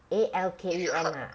A L K U N ah